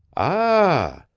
ah,